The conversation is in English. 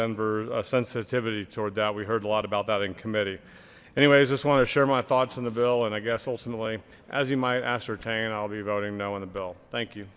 denver a sensitivity toward that we heard a lot about that in committee anyways just want to share my thoughts in the and i guess ultimately as he might ascertain i'll be voting now in the bill thank you